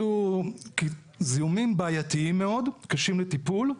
אלו זיהומים בעייתיים מאוד, קשים לטיפול.